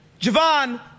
Javon